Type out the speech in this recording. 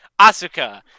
Asuka